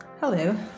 Hello